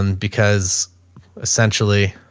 and because essentially